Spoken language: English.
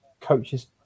coaches